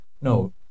No